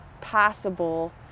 possible